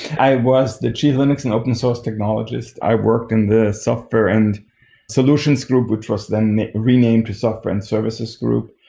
i was the chief linux and open source technologist. i worked in the software and solutions group, which was then renamed to software and services group.